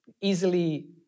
easily